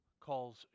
calls